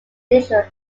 initial